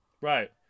right